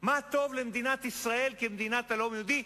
מה טוב למדינת ישראל כמדינת הלאום היהודי.